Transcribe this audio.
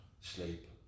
sleep